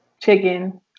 chicken